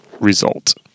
result